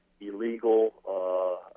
illegal